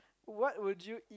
what would you eat